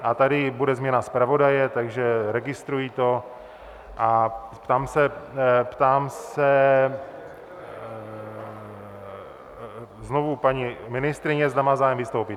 A tady bude změna zpravodaje, takže registruji to a ptám se znovu paní ministryně, zda má zájem vystoupit.